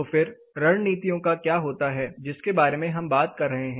तो फिर रणनीतियों का क्या होता है जिसके बारे में हम बात कर रहे हैं